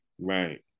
right